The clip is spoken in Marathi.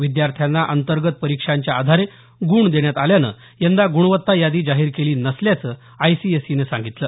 विद्यार्थ्यांना अंतर्गत परीक्षांच्या आधारे गुण देण्यात आल्यानं यंदा गुणवत्ता यादी जाहीर केली नसल्याचं आयसीएसईनं सांगितलं